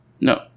No